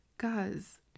Guys